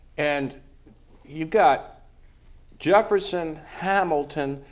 and you've got jefferson, hamilton,